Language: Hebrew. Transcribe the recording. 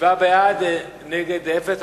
שבעה בעד, נגד, אפס.